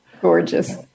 gorgeous